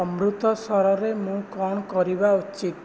ଅମୃତସରରେ ମୁଁ କ'ଣ କରିବା ଉଚିତ